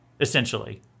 essentially